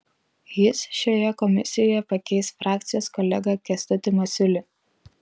jis šioje komisijoje pakeis frakcijos kolegą kęstutį masiulį